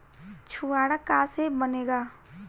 छुआरा का से बनेगा?